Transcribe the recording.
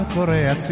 Korea